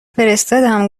فرستادم